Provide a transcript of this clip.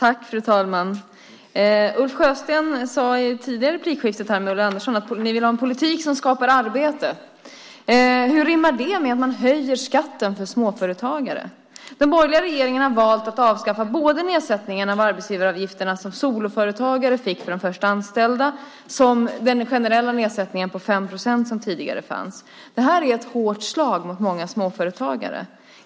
Fru talman! Ulf Sjösten sade i det tidigare replikskiftet med Ulla Andersson att ni vill ha en politik som skapar arbete. Hur rimmar det med att man höjer skatten för småföretagare? Den borgerliga regeringen har valt att avskaffa såväl den nedsättning av arbetsgivaravgifterna som soloföretagare fick för de första anställda som den generella nedsättningen på 5 procent som fanns tidigare. Detta är ett hårt slag mot många småföretagare.